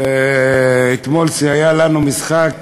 אתמול היה לנו משחק,